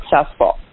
successful